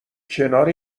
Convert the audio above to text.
کنار